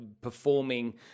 performing